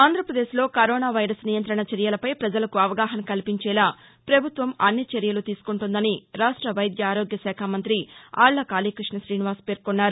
ఆంధ్రప్రదేశ్లో corona virus నియంత్రణ చర్యలపై పజలకు అవగాహన కల్పించేలా ప్రభుత్వం అన్ని చర్యలు తీసుకుంటోందని రాష్ట వైద్య ఆరోగ్య శాఖ మంత్రి ఆళ్ళ కాళీకృష్ణ తీనివాస్ పేర్కొన్నారు